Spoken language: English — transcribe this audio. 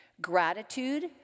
Gratitude